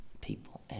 people